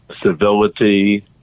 civility